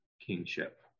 kingship